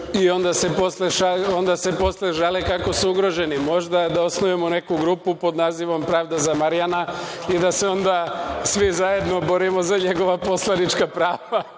i onda se posle žale kako su ugroženi. Možda i da osnujemo neku grupu pod nazivom „pravda za Marijana“ i da se onda svi zajedno borimo za njegova poslanička prava